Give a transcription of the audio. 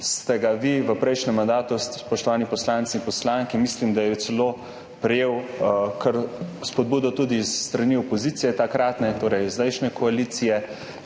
ste ga vi v prejšnjem mandatu, spoštovani poslanci in poslanke. Mislim, da je celo prejel kar spodbudo tudi s strani takratne opozicije, torej zdajšnje koalicije,